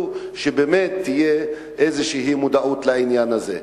שבאמת תהיה איזו מודעות לעניין הזה.